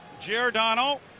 Giordano